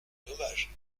dommage